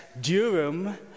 Durham